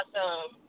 awesome